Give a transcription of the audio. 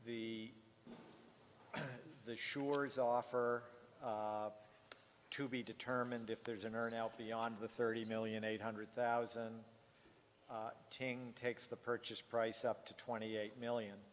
the sure is offer to be determined if there's an urn out beyond the thirty million eight hundred thousand ting takes the purchase price up to twenty eight million